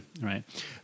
right